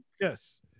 yes